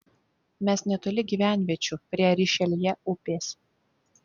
mes netoli gyvenviečių prie rišeljė upės